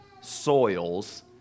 soils